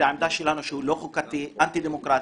העמדה שלנו, שהוא לא חוקתי ואנטי דמוקרטי.